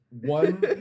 one